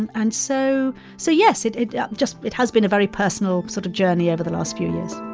and and so so yes, it it just it has been a very personal sort of journey over the last few years